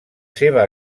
seva